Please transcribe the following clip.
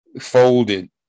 folded